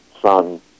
son